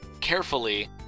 carefully